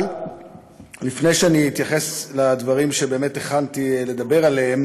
אבל לפני שאני אתייחס לדברים שהכנתי לדבר עליהם,